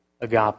agape